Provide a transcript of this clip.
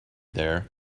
there